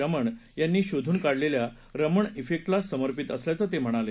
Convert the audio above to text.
रमण यांनी शोधून काढलेल्या रमण क्रिक्टला समर्पित असल्याचं ते म्हणाले